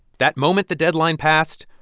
that moment the deadline passed,